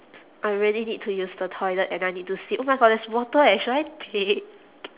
I really need to use the toilet and I need to sip oh my god there's water eh should I take